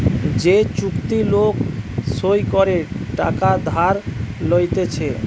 যে চুক্তি লোক সই করে টাকা ধার লইতেছে